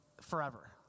forever